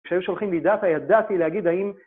כשהיו שולחים לי דאטה, ידעתי להגיד האם...